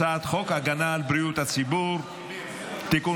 הצעת חוק הגנה על בריאות הציבור (מזון) (תיקון